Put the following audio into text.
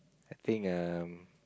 I think um